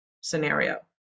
scenario